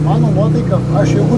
mano nuotaika aš jėgų